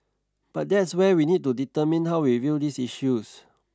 but that's where we need to determine how we view these issues